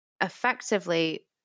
effectively